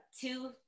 two